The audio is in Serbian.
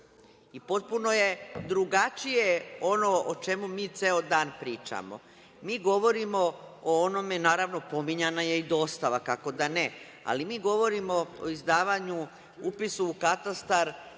Potpuno je drugačije ono o čemu mi ceo dan pričamo. Mi govorimo o onome, naravno, pominjana je i dostava, kako da ne, ali mi govorimo o izdavanju upisa u katastar